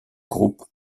groupe